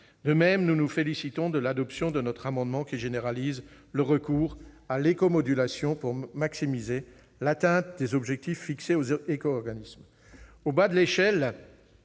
De même, nous nous félicitons de l'adoption de notre amendement qui généralise le recours à l'éco-modulation afin de faciliter l'atteinte des objectifs fixés aux éco-organismes.